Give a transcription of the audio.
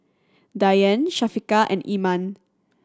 Dian Syafiqah and Iman